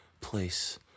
place